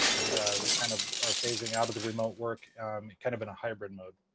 and we kind of are phasing out of the remote work kind of in a hybrid mode.